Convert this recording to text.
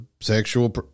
sexual